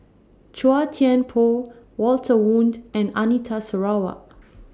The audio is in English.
Chua Thian Poh Walter Woon and Anita Sarawak